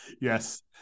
Yes